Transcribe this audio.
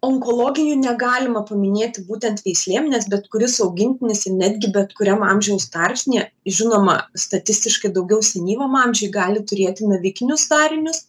onkologinių negalima paminėti būtent veislėm nes bet kuris augintinis ir netgi bet kuriam amžiaus tarpsnyje žinoma statistiškai daugiau senyvam amžiuj gali turėti navikinius darinius